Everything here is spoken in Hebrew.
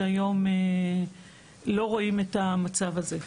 כי היום הם לא רואים את המצב הזה.